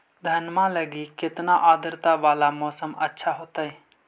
धनमा लगी केतना आद्रता वाला मौसम अच्छा होतई?